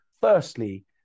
Firstly